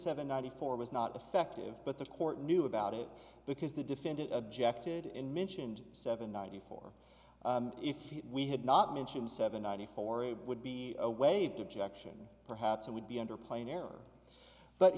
seven ninety four was not effective but the court knew about it because the defendant objected and mentioned seven ninety four if we had not mentioned seven ninety four it would be a waved objection perhaps it would be under plain error but